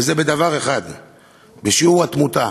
וזה בשיעור התמותה.